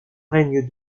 règne